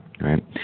right